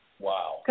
Wow